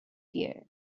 dear